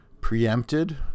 preempted